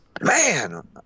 Man